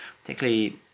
particularly